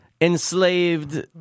enslaved